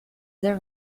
there